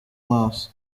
maso